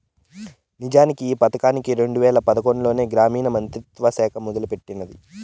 నిజానికి ఈ పదకాన్ని రెండు వేల పదకొండులోనే గ్రామీణ మంత్రిత్వ శాఖ మొదలెట్టినాది